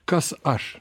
kas aš